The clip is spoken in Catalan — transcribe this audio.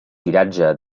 tiratge